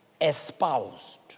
espoused